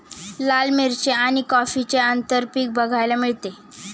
लाल मिरची आणि कॉफीचे आंतरपीक बघायला मिळते